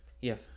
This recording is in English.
Yes